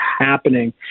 happening